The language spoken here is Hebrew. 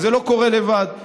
וזה לא קורה לבד,